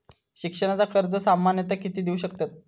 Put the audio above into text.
शिक्षणाचा कर्ज सामन्यता किती देऊ शकतत?